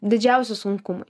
didžiausi sunkumai